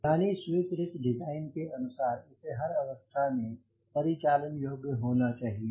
यानी स्वीकृति डिज़ाइन के अनुसार इसे हर अवस्था में परिचालन योग्य होना चाहिए